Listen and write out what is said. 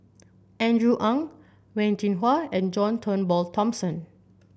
Andrew Ang Wen Jinhua and John Turnbull Thomson